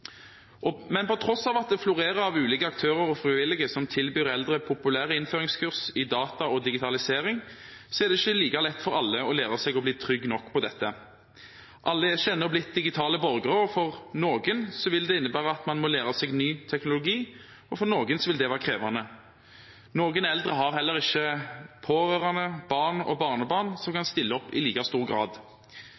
Men til tross for at det florerer av ulike aktører og frivillige som tilbyr eldre populære innføringskurs i data og digitalisering, er det ikke like lett for alle å lære seg å bli trygge nok på dette. Alle jeg kjenner, er blitt digitale borgere, og for noen vil det innebære at man må lære seg ny teknologi, og for noen vil det være krevende. Noen eldre har heller ikke pårørende, barn eller barnebarn som kan